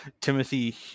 Timothy